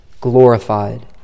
glorified